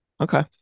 okay